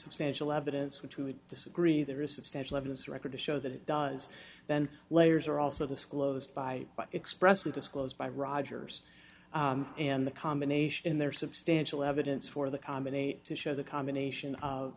substantial evidence which would disagree there is substantial evidence record to show that it does then layers are also disclosed by expressing disclosed by rodgers and the combination in their substantial evidence for the common eight to show the combination of